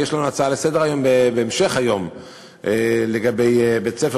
יש לנו גם הצעה לסדר-היום בהמשך היום לגבי בית-ספר